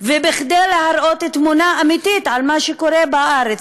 וכדי להראות תמונה אמיתית על מה שקורה בארץ,